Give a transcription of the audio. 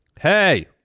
Hey